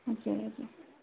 हजुर हजुर